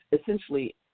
essentially